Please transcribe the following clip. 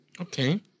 Okay